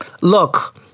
look